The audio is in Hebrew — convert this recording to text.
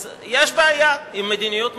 אז יש בעיה עם מדיניות מבולבלת,